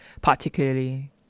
particularly